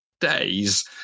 days